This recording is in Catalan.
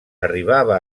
arribava